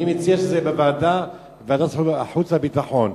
אני מציע שזה יהיה בוועדת החוץ והביטחון.